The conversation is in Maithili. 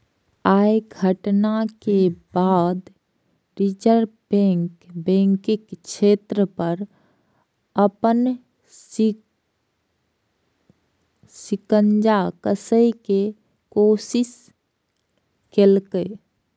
अय घटना के बाद रिजर्व बैंक बैंकिंग क्षेत्र पर अपन शिकंजा कसै के कोशिश केलकै